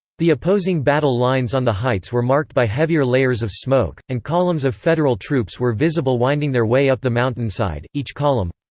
the opposing battle lines on the heights were marked by heavier layers of smoke, and columns of federal troops were visible winding their way up the mountainside, each column.